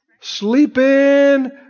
Sleeping